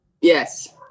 yes